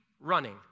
running